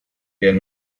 del